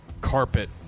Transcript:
carpet